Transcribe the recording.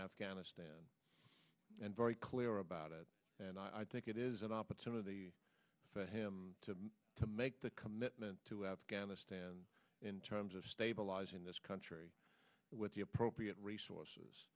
afghanistan and very clear about it and i think it is an opportunity for him to to make the commitment to afghanistan in terms of stabilizing this country with the appropriate resources